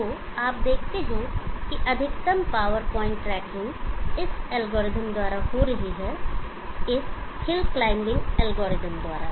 तो आप देखते हैं कि अधिकतम पावर पॉइंट ट्रैकिंग इस एल्गोरिथ्म द्वारा हो रही है इस हिल क्लाइंबिंग एल्गोरिदम द्वारा